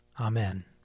Amen